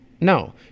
no